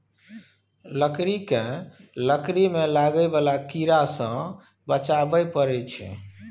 लकड़ी केँ लकड़ी मे लागय बला कीड़ा सँ बचाबय परैत छै